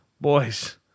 boys